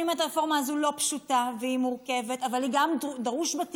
אני אומרת שהרפורמה הזאת לא פשוטה ומורכבת אבל גם דרושים בה תיקונים.